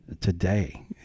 today